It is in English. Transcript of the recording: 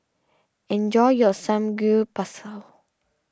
enjoy your Samgyeopsal